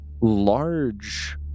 large